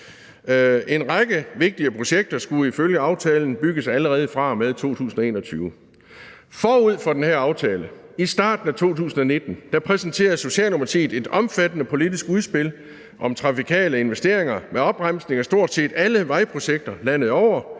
En række vigtige projekter skulle ifølge aftalen bygges allerede fra og med 2021. Forud for den her aftale, i starten af 2019, præsenterede Socialdemokratiet et omfattende politisk udspil om trafikale investeringer med opremsning af stort set alle vejprojekter landet over.